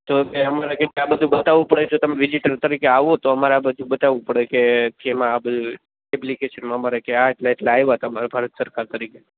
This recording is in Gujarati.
તો અમારે ગિફ્ટ આ બધું બતાવવું પડે જો તમે વિઝિટર તરીકે આવો તો અમારે આ બધું બતાવવું પડે કે કે એમાં આ બધું એપ્લિકેશનમાં અમારે કે આટલા આટલા આવ્યા હતા અમારા ભારત સરકાર તરીકે